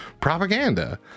Propaganda